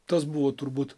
tas buvo turbūt